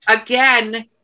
again